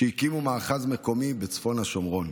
שהקימו מאחז מקומי בצפון השומרון.